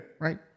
right